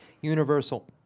universal